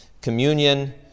Communion